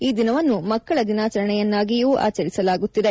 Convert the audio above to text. ಈ ದಿನವನ್ನು ಮಕ್ಕಳ ದಿನಾಚರಣೆಯನ್ನಾಗಿಯೂ ಆಚರಿಸಲಾಗುತ್ತಿದೆ